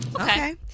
Okay